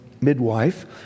midwife